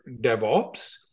DevOps